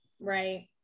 right